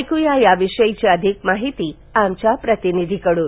ऐक्या याविषयी अधिक माहिती आमच्या प्रतिनिधीकडून